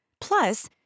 Plus